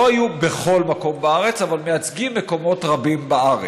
הם לא היו בכל מקום בארץ אבל מייצגים מקומות רבים בארץ.